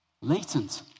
Latent